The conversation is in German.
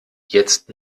jetzt